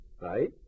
right